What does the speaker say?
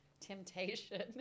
Temptation